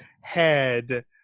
head